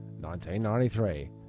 1993